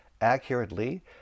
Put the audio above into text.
accurately